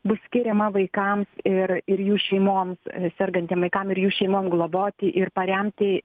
bus skiriama vaikams ir ir jų šeimoms sergantiem vaikam ir jų šeimom globoti ir paremti